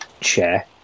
share